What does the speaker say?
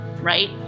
right